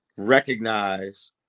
recognize